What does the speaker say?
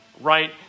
right